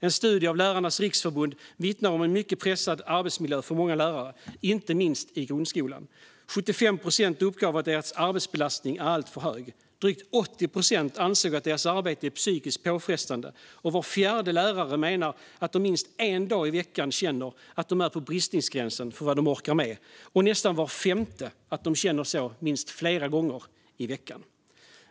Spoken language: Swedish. En studie av Lärarnas Riksförbund vittnar om en mycket pressad arbetsmiljö för många lärare, inte minst i grundskolan. Det var 75 procent som uppgav att deras arbetsbelastning är alltför hög, och drygt 80 procent ansåg att deras arbete är psykiskt påfrestande. Var fjärde lärare menar att de minst en dag i veckan känner att de är på bristningsgränsen för vad de orkar med, och nästan var femte uppger att de känner så minst flera gånger i veckan.